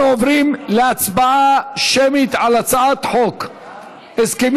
אנחנו עוברים להצבעה שמית על הצעת חוק הסכמים